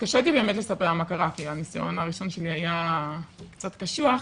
התקשיתי באמת לספר לה מה קרה כי הניסיון הראשון שלי היה קצת קשוח,